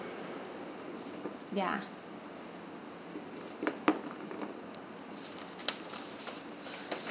ya